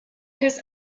his